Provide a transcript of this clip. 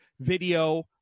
video